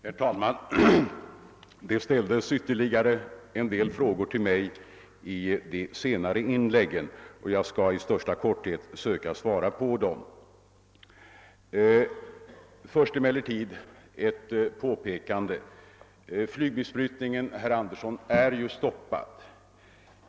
Herr talman! Det ställdes ytterligare en del frågor till mig i de senare inläggen, och jag skall i största korthet försöka svara på dem. Först emellertid ett påpekande. Flyg: besprutningen är ju, herr Andersson, stoppad.